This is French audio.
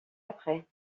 après